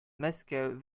мәскәү